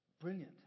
brilliant